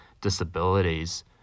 disabilities